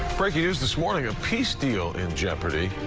breaking news this morning. a peace deal in jeopardy.